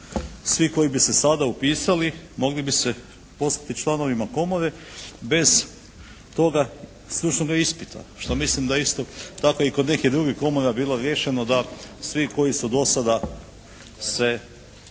svi koji bi se sada upisali mogli bi se poslati članovima komore bez toga stručnoga ispita što mislim da je isto dakle i kod nekih drugih komora bilo riješeno da svi koji su do sada se, koji